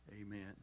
Amen